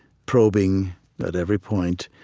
probing at every point,